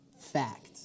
fact